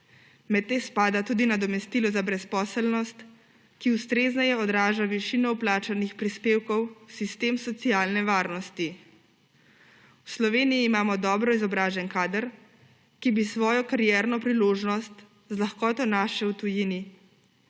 Med te spada tudi nadomestilo za brezposelnost, ki ustrezneje odraža višino vplačanih prispevkov v sistem socialne varnosti. V Sloveniji imamo dobro izobražen kader, ki bi svojo karierno priložnost z lahkoto našel v tujini.